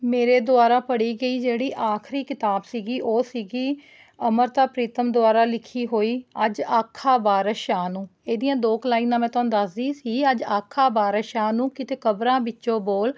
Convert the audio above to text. ਮੇਰੇ ਦੁਆਰਾ ਪੜ੍ਹੀ ਗਈ ਜਿਹੜੀ ਆਖਰੀ ਕਿਤਾਬ ਸੀਗੀ ਉਹ ਸੀਗੀ ਅੰਮ੍ਰਿਤਾ ਪ੍ਰੀਤਮ ਦੁਆਰਾ ਲਿਖੀ ਹੋਈ ਅੱਜ ਆਖਾਂ ਵਾਰਿਸ ਸ਼ਾਹ ਨੂੰ ਇਹਦੀਆਂ ਦੋ ਕੁ ਲਾਈਨਾਂ ਮੈਂ ਤੁਹਾਨੂੰ ਦੱਸਦੀ ਸੀ ਅੱਜ ਆਖਾਂ ਵਾਰਿਸ ਸ਼ਾਹ ਨੂੰ ਕਿਤੇ ਕਬਰਾਂ ਵਿੱਚੋਂ ਬੋਲ